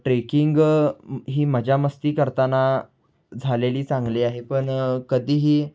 trekking ही मजामस्ती करताना झालेली चांगली आहे पण कधीही